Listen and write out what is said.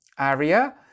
area